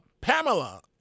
Pamela